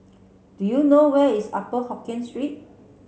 do you know where is Upper Hokkien Street